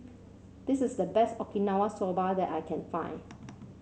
this is the best Okinawa Soba that I can find